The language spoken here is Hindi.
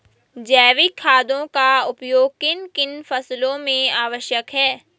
जैविक खादों का उपयोग किन किन फसलों में आवश्यक है?